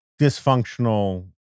dysfunctional